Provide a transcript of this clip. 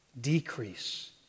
decrease